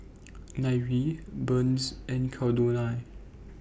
Nyree Burns and Caldonia